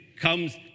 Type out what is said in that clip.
comes